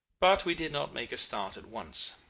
but we did not make a start at once.